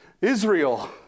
Israel